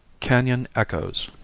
canon echoes